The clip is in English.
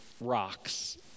rocks